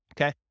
okay